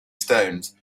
stones